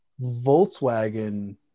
Volkswagen